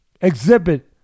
exhibit